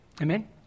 Amen